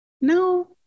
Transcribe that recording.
No